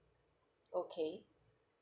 okay